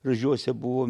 raižiuose buvo